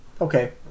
Okay